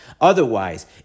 Otherwise